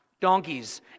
Donkeys